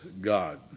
God